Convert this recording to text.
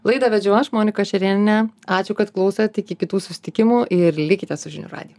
laidą vedžiau aš monika šerėnienė ačiū kad klausot iki kitų susitikimų ir likite su žinių radiju